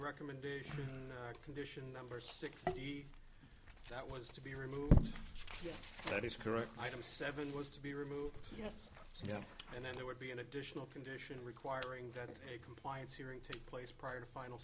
recommendation condition number six that was to be removed yes that is correct item seven was to be removed yes yes and then there would be an additional condition requiring that a compliance hearing to place prior to final